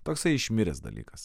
toksai išmiręs dalykas